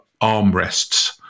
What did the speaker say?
armrests